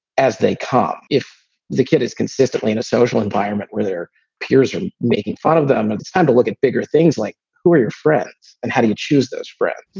as they come, if the kid is consistently in a social environment where their peers are making fun of them and to kind of look at bigger things like who are your friends and how do you choose those friends,